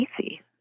easy